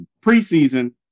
preseason